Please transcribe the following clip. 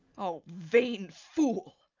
o vain fool!